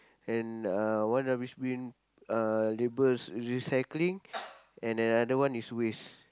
and uh one rubbish bin uh labels recycling and the other one is waste